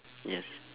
yes